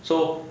so